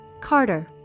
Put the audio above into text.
Carter